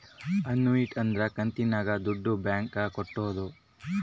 annuity ಅಂದ್ರ ಕಂತಿನಾಗ ದುಡ್ಡು ಬ್ಯಾಂಕ್ ಗೆ ಕಟ್ಟೋದು